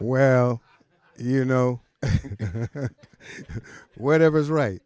where you know whatever's right